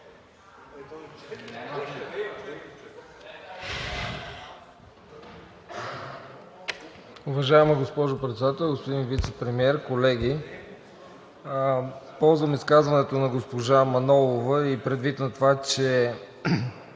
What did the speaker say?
Уважаема госпожо Председател, господин Вицепремиер, колеги! Ползвам изказването на госпожа Манолова и предвид на това, че